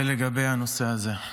זה לגבי הנושא הזה.